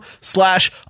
slash